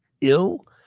ill